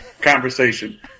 conversation